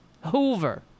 Hoover